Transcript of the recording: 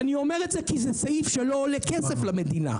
אני אומר את זה כי זה סעיף שלא עולה כסף למדינה,